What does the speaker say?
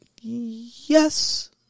Yes